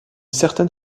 certaine